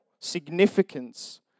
significance